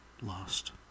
lost